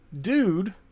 dude